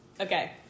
Okay